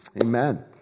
Amen